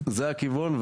זה הכיוון,